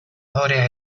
adorea